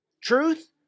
Truth